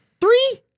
Three